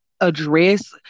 address